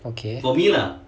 okay